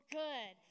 good